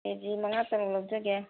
ꯀꯦ G ꯃꯉꯥꯇꯪ ꯂꯧꯖꯒꯦ